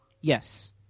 Yes